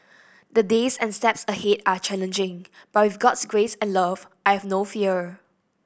the days and steps ahead are challenging but with God's grace and love I have no fear